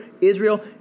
Israel